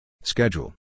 Schedule